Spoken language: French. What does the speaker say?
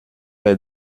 les